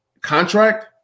contract